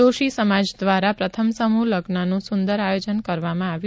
દોશી સમાજ દ્વાર પ્રથમ સમૂહલગ્ન નું સુંદર આયોજન કરવામાં આવ્યું